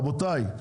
רבותיי,